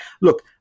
look